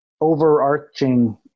overarching